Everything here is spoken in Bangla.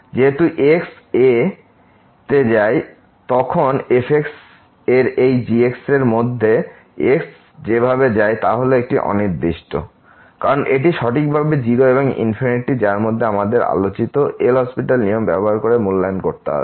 যেহেতু x a তে যায় তখন f এর এই g এর মধ্যে x যেভাবে যায় তা হল একটি অনির্দিষ্ট কারণ এটি সঠিকভাবে 0 এবং যার মধ্যে আমাদের আলোচিত LHospital নিয়ম ব্যবহার করে মূল্যায়ন করতে হবে